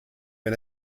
mit